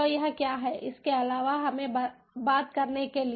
तो यह क्या है इसके अलावा हमें बात करने के लिए